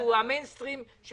המיינסטרים של